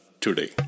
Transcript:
today